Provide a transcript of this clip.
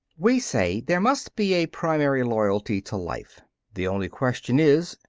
we say there must be a primal loyalty to life the only question is,